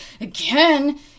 again